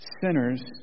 Sinners